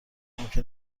ممکن